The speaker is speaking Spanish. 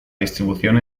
distribución